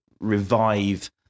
revive